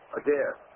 again